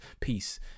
peace